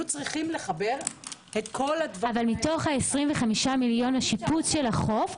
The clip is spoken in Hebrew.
צריכים לחבר --- אבל מתוך ה-25 מיליון שיפוץ החוף,